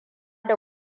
da